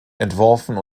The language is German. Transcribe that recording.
entworfen